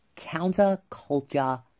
counterculture